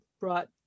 brought